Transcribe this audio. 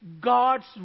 God's